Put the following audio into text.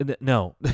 No